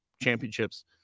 championships